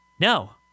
No